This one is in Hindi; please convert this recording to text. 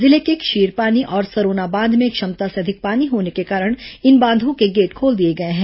जिले के क्षीरपानी और सरोना बांध में क्षमता से अधिक पानी होने के कारण इन बांधों के गेट खोल दिए गए हैं